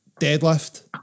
deadlift